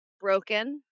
broken